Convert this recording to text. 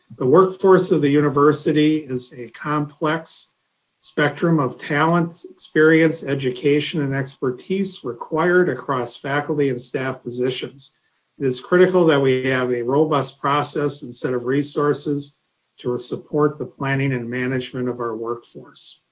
the workforce of the university is a complex spectrum of talents, experience, education and expertise required across faculty and staff positions. it is critical that we have a robust process and set of resources to support the planning and management of our workforce.